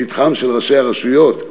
לפתחם של ראשי הרשויות,